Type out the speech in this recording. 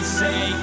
say